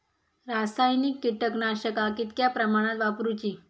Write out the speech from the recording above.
रासायनिक कीटकनाशका कितक्या प्रमाणात वापरूची?